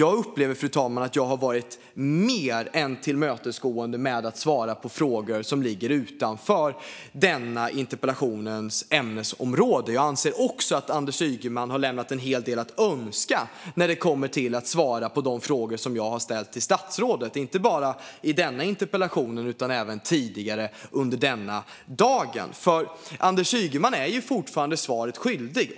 Jag upplever att jag har varit mer än tillmötesgående med att svara på frågor som ligger utanför denna interpellations ämnesområde. Jag anser också att Anders Ygeman har lämnat en hel del att önska när det kommer till att svara på de frågor som jag har ställt till statsrådet inte bara i denna interpellationsdebatt utan även tidigare under denna dag. Anders Ygeman är fortfarande svaret skyldig.